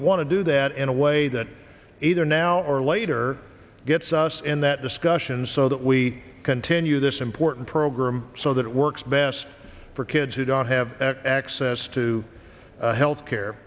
want to do that in a way that either now or later gets us in that discussion so that we continue this important program so that it works best for kids who don't have access to health care